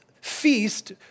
feast